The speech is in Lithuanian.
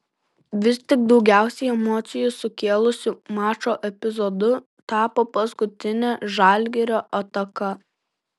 vis tik daugiausiai emocijų sukėlusiu mačo epizodu tapo paskutinė žalgirio ataka